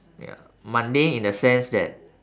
ya mundane in the sense that